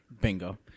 Bingo